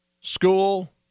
school